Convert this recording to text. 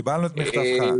קיבלנו את מכתבך.